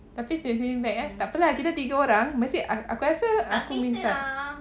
tapi sleeping bag eh tapi kita tiga orang aku rasa aku minta